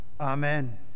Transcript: Amen